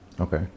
Okay